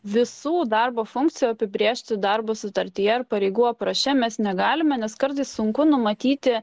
visų darbo funkcijų apibrėžti darbo sutartyje ar pareigų apraše mes negalime nes kartais sunku numatyti